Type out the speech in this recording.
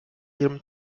ihrem